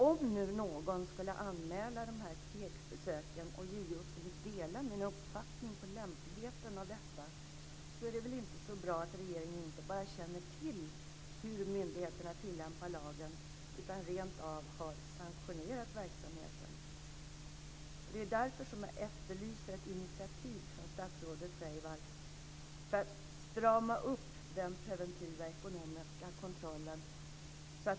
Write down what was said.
Om nu någon skulle anmäla de här "PEK besöken" och JO skulle dela min uppfattning om lämpligheten i dessa, är det väl inte så bra att regeringen inte bara känner till hur myndigheterna tillämpar lagen utan rentav har sanktionerat verksamheten? Det är därför jag efterlyser ett initiativ från statsrådet Freivalds i syfte att strama till den preventiva ekonomiska kontrollen.